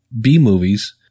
B-movies